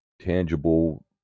tangible